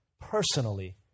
personally